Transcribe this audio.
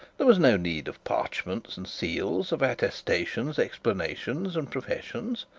there was no need of parchments and seals, of attestations, explanations, and professions.